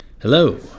hello